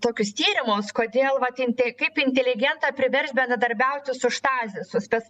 tokius tyrimus kodėl vat inte kaip inteligentą priverst bendradarbiauti su štazi su spec